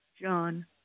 John